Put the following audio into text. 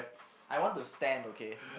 I want to stand okay